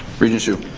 regent hsu.